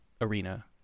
arena